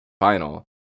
final